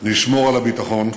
נשמור על הביטחון,